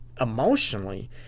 emotionally